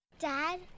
Dad